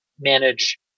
manage